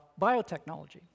biotechnology